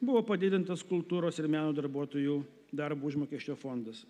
buvo padidintas kultūros ir meno darbuotojų darbo užmokesčio fondas